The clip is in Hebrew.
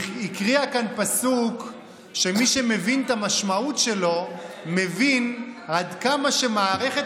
היא הקריאה כאן פסוק שמי שמבין את המשמעות שלו מבין עד כמה שמערכת